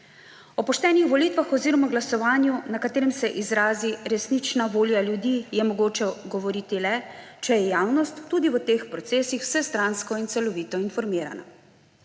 O poštenih volitvah oziroma glasovanju, na katerem se izrazi resnična volja ljudi, je mogoče govoriti le, če je javnost tudi v teh procesih vsestransko in celovito informirana.